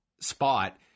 spot